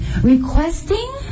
requesting